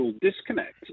disconnect